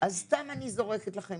אז סתם אני זורקת לכם,